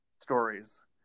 stories